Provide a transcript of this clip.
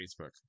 Facebook